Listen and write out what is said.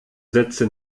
sätze